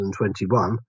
2021